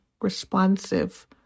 responsive